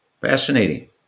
fascinating